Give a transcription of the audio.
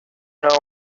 know